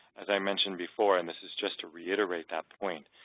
as i mentioned before and this is just to reiterate that point,